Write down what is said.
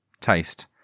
taste